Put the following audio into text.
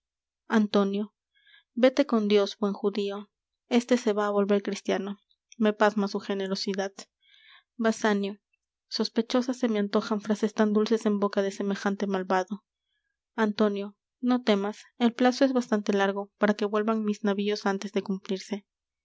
antonio véte con dios buen judío este se va á volver cristiano me pasma su generosidad basanio sospechosas se me antojan frases tan dulces en boca de semejante malvado antonio no temas el plazo es bastante largo para que vuelvan mis navíos antes de cumplirse